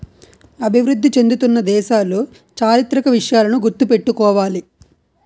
అభివృద్ధి చెందుతున్న దేశాలు చారిత్రక విషయాలను గుర్తు పెట్టుకోవాలి